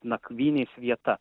nakvynės vieta